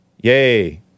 Yay